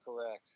correct